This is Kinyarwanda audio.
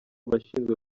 bashinzwe